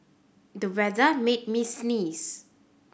the weather made me sneeze